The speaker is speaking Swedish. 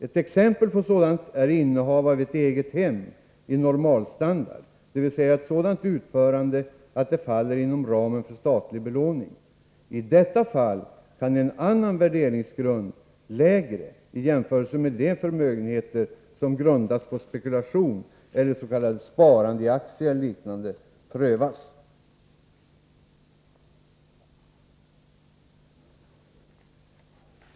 När det t.ex. gäller innehav av ett eget hem av normal standard, dvs. i ett sådant utförande att det faller inom ramen för statlig belåning, kan en annan och lägre värderingsgrund prövas än när det gäller sådana förmögenheter som grundas på spekulation eller s.k. sparande i aktier och liknande.